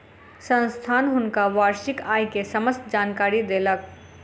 संस्थान हुनका वार्षिक आय के समस्त जानकारी देलक